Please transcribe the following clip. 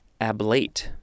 ablate